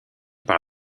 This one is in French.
par